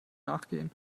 nachgehen